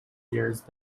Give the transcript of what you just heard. years